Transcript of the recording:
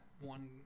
one